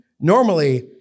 normally